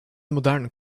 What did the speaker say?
modern